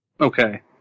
Okay